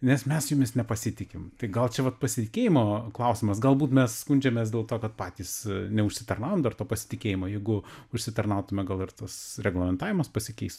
nes mes jumis nepasitikim tai gal čia vat pasitikėjimo klausimas galbūt mes skundžiamės dėl to kad patys neužsitarnavom dar to pasitikėjimo jeigu užsitarnautume gal ir tas reglamentavimas pasikeistų